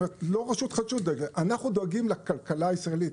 אנחנו דואגים לכלכלה הישראלית.